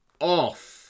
off